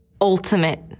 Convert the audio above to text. ultimate